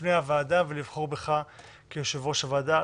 בפני הוועדה ולבחור בך כיושב-ראש הוועדה.